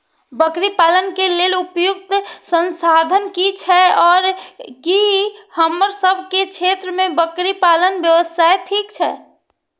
बकरी पालन के लेल उपयुक्त संसाधन की छै आर की हमर सब के क्षेत्र में बकरी पालन व्यवसाय ठीक छै?